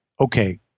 okay